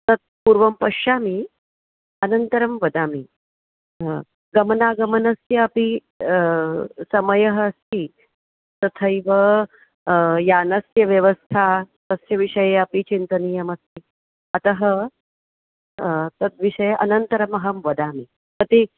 तत् पूर्वं पश्यामि अनन्तरं वदामि हा गमनागमनस्यापि समयः अस्ति तथैव यानस्य व्यवस्था तस्य विषये अपि चिन्तनीयमस्ति अतः तत् विषये अनन्तरमहं वदामि कति